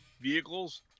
vehicles